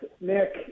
Nick